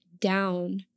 down